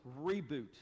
reboot